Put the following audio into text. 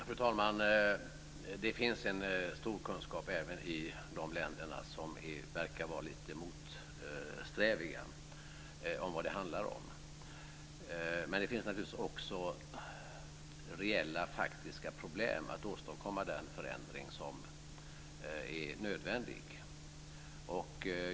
Fru talman! Det finns en stor kunskap om vad det handlar om även i de länder som verkar vara lite motsträviga. Men det finns naturligtvis reella faktiska problem att åstadkomma den förändring som är nödvändig.